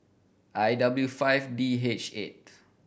I W five D H eight